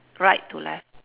right to left